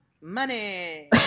Money